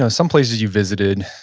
so some places you've visited,